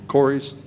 Corey's